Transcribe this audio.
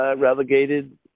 Relegated